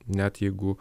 net jeigu